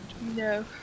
No